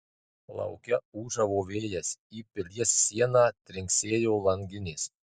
lauke ūžavo vėjas į pilies sieną trinksėjo langinės